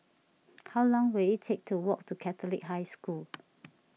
how long will it take to walk to Catholic High School